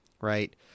right